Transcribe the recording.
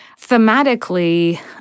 Thematically